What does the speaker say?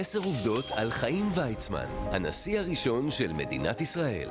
אוקיי, אנחנו יחסית מתקרבים לסיום.